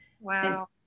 Wow